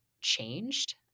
changed